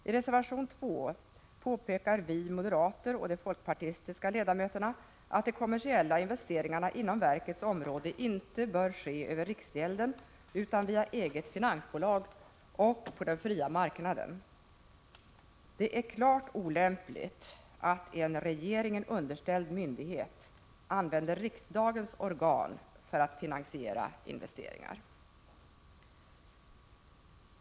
I reservation 2 påpekar vi moderater och de folkpartistiska ledamöterna att de kommersiella investeringarna inom verkets område inte bör ske över riksgälden utan via eget finansbolag och på den fria marknaden. Det är klart olämpligt att en regeringen underställd myndighet använder riksdagens organ för att finansiera investeringar.